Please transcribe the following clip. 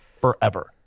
forever